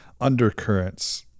undercurrents